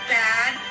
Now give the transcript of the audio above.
bad